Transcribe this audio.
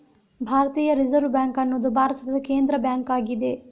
ಭಾರತೀಯ reserve bank ಅನ್ನುದು ಭಾರತದ ಕೇಂದ್ರ ಬ್ಯಾಂಕು ಆಗಿದೆ